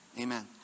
Amen